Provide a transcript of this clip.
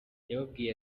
yababwiye